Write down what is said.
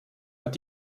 hat